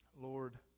Lord